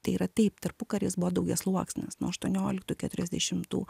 tai yra taip tarpukaris buvo daugiasluoksnis nuo aštuonioliktų keturiasdešimtų